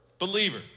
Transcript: Believer